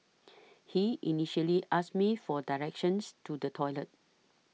he initially asked me for directions to the toilet